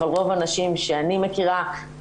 אבל רוב הנשים שאני מכירה,